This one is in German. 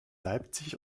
leipzig